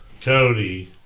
Cody